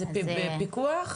איזה פיקוח?